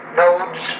nodes